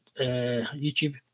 YouTube